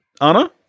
Anna